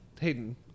Hayden